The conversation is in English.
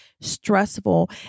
stressful